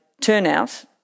turnout